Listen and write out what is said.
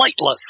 flightless